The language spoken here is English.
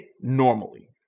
normally